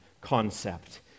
concept